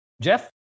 Jeff